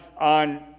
on